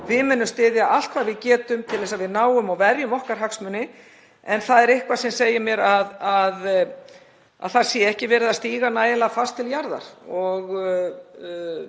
Við munum styðja allt hvað við getum til þess að við náum að verja okkar hagsmuni. En það er eitthvað sem segir mér að það sé ekki verið að stíga nægilega fast til jarðar.